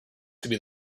could